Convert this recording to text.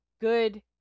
good